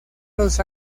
los